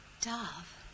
Dove